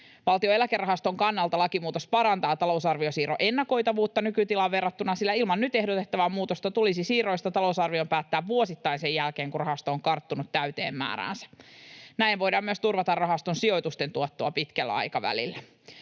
Valtion eläkerahaston kannalta lakimuutos parantaa talousarviosiirron ennakoitavuutta nykytilaan verrattuna, sillä ilman nyt ehdotettavaa muutosta tulisi siirroista talousarvioon päättää vuosittain sen jälkeen, kun rahasto on karttunut täyteen määräänsä. Näin voidaan myös turvata rahaston sijoitusten tuottoa pitkällä aikavälillä.